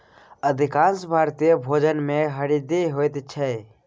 अधिकांश भारतीय भोजनमे हरदि होइत छै